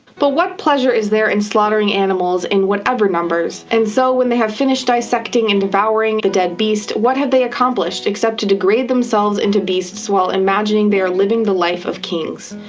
but what pleasure is there in slaughtering animals in whatever numbers, and so when they have finished dissecting and devouring the dead beast, what have they accomplished except to degrade themselves into beasts while imagining they are living the life of kings.